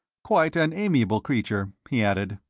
quite an amiable creature, he added.